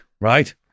right